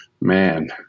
Man